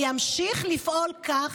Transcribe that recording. אני אמשיך לפעול כך.